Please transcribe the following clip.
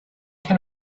can